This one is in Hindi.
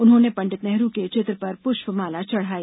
उन्होंने पंडित नेहरू के चित्र पर पुष्प माला चढ़ाई